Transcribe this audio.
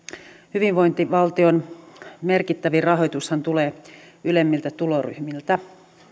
hyvinvointivaltion merkittävin rahoitushan tulee ylemmiltä tuloryhmiltä